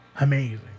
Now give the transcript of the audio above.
amazing